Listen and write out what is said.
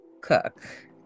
cook